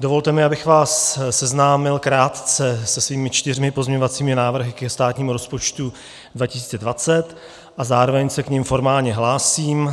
dovolte mi, abych vás seznámil krátce se svými čtyřmi pozměňovacími návrhy ke státnímu rozpočtu 2020, a zároveň se k nim formálně hlásím.